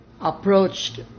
approached